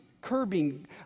curbing